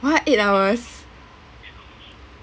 what eight hours